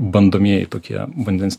bandomieji tokie vandens